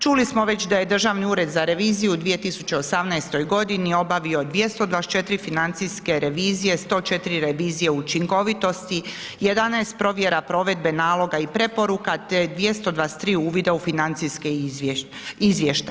Čuli smo već da je Državni ured za reviziju u 2018. godini obavio 224 financijske revizije, 104 revizije učinkovitosti, 11 provjera provedbe naloga i preporuka te 223 uvida u financijske izvještaje.